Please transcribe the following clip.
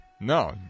No